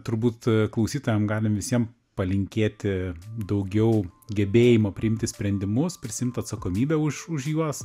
turbūt klausytojam galim visiem palinkėti daugiau gebėjimo priimti sprendimus prisiimt atsakomybę už už juos